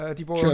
tipo